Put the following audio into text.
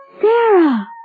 Sarah